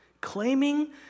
Claiming